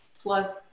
plus